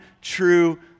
true